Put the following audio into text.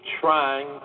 trying